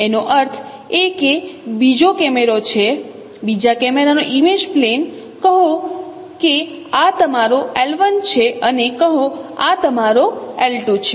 એનો અર્થ એ કે બીજો કેમેરા છે બીજા કેમેરાનો ઇમેજ પ્લેન કહો કે આ તમારો l1 છે અને કહો કે આ તમારો l2 છે